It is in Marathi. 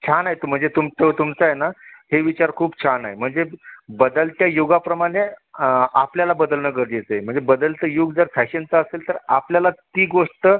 छान आहेत म्हणजे तुमचं तुमचं आहे ना हे विचार खूप छान आहे म्हणजे बदलत्या युगाप्रमाणे आपल्याला बदलणं गरजेचं आहे म्हणजे बदलतं युग जर फॅशनचं असेल तर आपल्याला ती गोष्ट